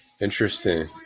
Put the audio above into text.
Interesting